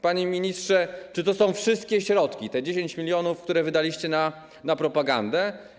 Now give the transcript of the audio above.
Panie ministrze, czy to są wszystkie środki, te 10 mln, które wydaliście na propagandę?